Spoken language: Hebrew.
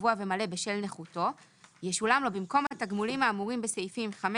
קבוע ומלא בשל נכותו ישולם לו במקום התגמולים האמורים בסעיפים 5,